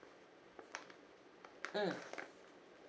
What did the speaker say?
mm